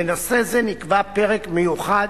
לנושא זה נקבע פרק מיוחד,